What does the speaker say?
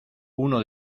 uno